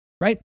Right